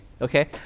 okay